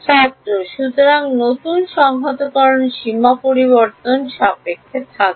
ছাত্র সুতরাং নতুন সংহতকরণ সীমা পরিবর্তন সাপেক্ষে থাকবে